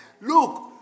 Look